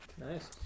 Nice